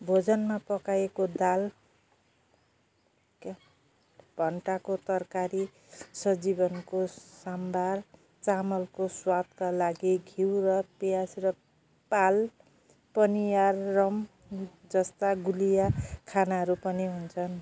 भोजनमा पकाएको दाल भन्टाको तरकारी सजिवनको साम्बर चामलको स्वादका लागि घिउ र प्याज र पाल पनियारम जस्ता गुलिया खानाहरू पनि हुन्छन्